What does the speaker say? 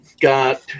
got